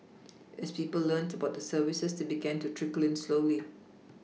as people learnt about the services they began to trickle in slowly